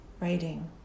writing